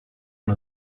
one